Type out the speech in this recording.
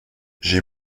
j’ai